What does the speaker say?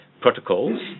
protocols